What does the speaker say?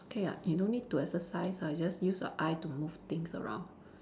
okay [what] you no need to exercise ah just use your eye to move things around